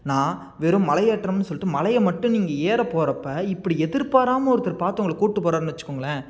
நான் வெறும் மலையேற்றம்ன்னு சொல்லிட்டு மலையை மட்டும் நீங்கள் ஏற போகிறப்ப இப்படி எதிர்ப்பாராமல் ஒருத்தர் பார்த்து உங்களை கூட்டு போகிறாருன்னு வெச்சுக்கோங்களேன்